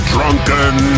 Drunken